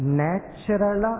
natural